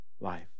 life